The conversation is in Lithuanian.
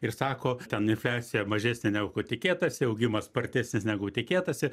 ir sako ten infliacija mažesnė negu tikėtasi augimas spartesnis negu tikėtasi